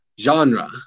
genre